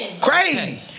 Crazy